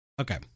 okay